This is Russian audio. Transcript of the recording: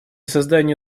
создание